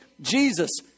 Jesus